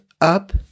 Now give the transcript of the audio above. up